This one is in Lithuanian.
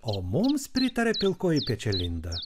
o mums pritaria pilkoji pečialinda